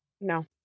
No